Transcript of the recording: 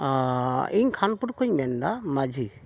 ᱚ ᱤᱧ ᱠᱷᱟᱱ ᱯᱩᱨ ᱠᱷᱚᱱᱤᱧ ᱢᱮᱱᱫᱟ ᱢᱟᱺᱡᱷᱤ